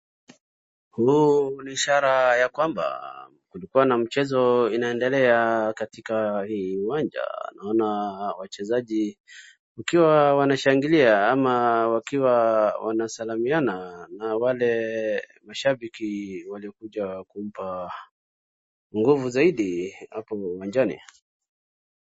Huu ni ishara ya kwamba kulikua na mchezo inaendelea katika hii uwanja naona wachezaji wakiwa wanashangilia ama wakiwa wanasalamiana ,na wale mashabiki waliokuja kumpa nguvu zaidi hapo uwanjani.